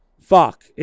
fuck